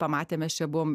pamatė mes čia buvom